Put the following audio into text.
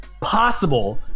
possible